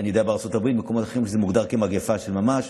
יודע שבארצות הברית זה מוגדר כמגפה של ממש.